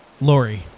Lori